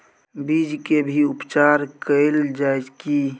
बीज के भी उपचार कैल जाय की?